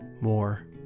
more